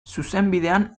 zuzenbidean